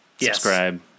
subscribe